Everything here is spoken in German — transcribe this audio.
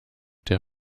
der